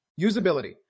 Usability